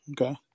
Okay